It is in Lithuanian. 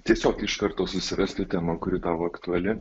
tiesiog iš karto susirasti temą kuri tau aktuali